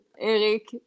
Eric